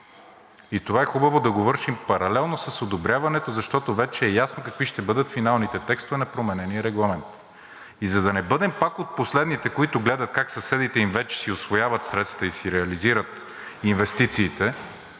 И това е хубаво да го вършим паралелно с одобряването, защото вече е ясно какви ще бъдат финалните текстове на променения регламент. И за да не бъдем пак от последните, които гледат как съседите им вече си усвояват средствата и си реализират инвестициите